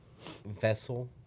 vessel